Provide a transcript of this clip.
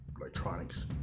electronics